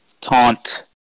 taunt